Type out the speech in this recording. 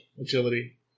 agility